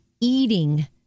eating